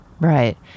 Right